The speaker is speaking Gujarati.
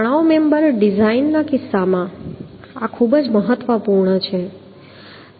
તણાવ મેમ્બર ડિઝાઇન કિસ્સામાં આ ખૂબ જ મહત્વપૂર્ણ છે